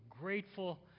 grateful